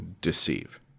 deceive